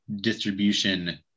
distribution